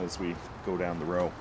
as we go down the road